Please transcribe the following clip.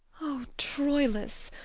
o troilus!